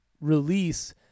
release